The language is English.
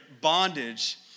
bondage